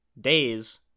days